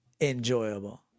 enjoyable